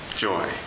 joy